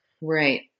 Right